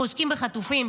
אנחנו עוסקים בחטופים,